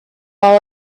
all